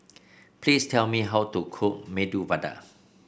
please tell me how to cook Medu Vada